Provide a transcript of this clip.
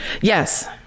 yes